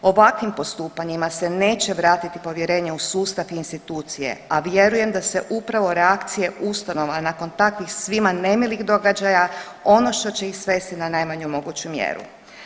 Ovakvim postupanjima se neće vratiti povjerenje u sustav i institucije, a vjerujem da se upravo reakcije ustanova nakon takvih svima nemilih događaja ono što će ih svesti na najmanju moguću mjeru.